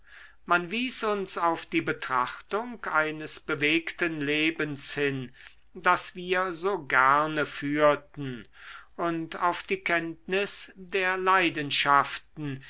man wies uns auf die betrachtung eines bewegten lebens hin das wir so gerne führten und auf die kenntnis der leidenschaften